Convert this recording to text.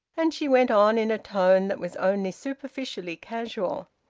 and she went on, in a tone that was only superficially casual,